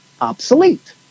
obsolete